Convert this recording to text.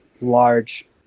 large